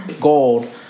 gold